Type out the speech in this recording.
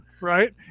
Right